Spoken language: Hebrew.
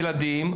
ילדים,